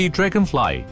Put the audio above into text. Dragonfly